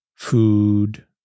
food